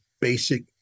basic